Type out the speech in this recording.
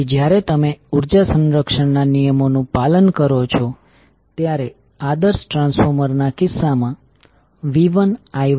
તેથી જો તમે જુઓ કે કોઇલ L1એ L2સાથે ફિઝિકલી તેમજ ચુંબકીય રીતે જોડાયેલ છે